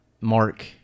Mark